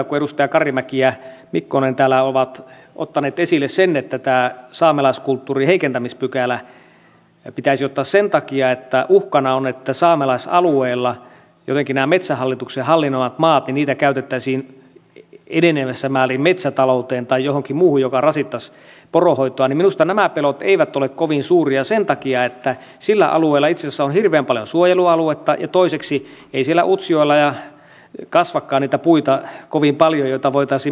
kun edustajat karimäki ja mikkonen täällä ovat ottaneet esille sen että tämä saamelaiskulttuurin heikentämispykälä pitäisi ottaa sen takia että uhkana on että saamelaisalueella jotenkin näitä metsähallituksen hallinnoimia maita käytettäisiin enenevässä määrin metsätalouteen tai johonkin muuhun joka rasittaisi poronhoitoa niin minusta nämä pelot eivät ole kovin suuria sen takia että sillä alueella itse asiassa on hirveän paljon suojelualuetta ja toiseksi ei siellä utsjoella kasvakaan niitä puita kovin paljon joita voitaisiin metsätalouteen käyttää